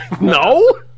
No